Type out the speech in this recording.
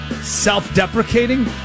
self-deprecating